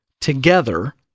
together